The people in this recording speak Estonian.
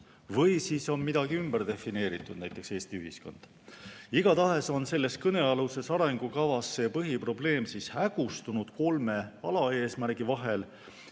või siis on midagi ümber defineeritud, näiteks Eesti ühiskond. Igatahes on selles kõnealuses arengukavas see põhiprobleem hägustunud kolme alaeesmärgi vahel.